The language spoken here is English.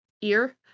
ear